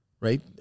Right